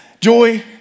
joy